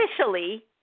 officially